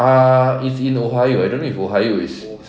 ah it's in ohio I don't know if ohio is